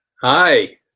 Hi